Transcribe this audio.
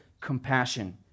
compassion